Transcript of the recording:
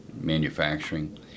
manufacturing